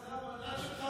התנחלויות,